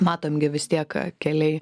matom gi vis tiek keliai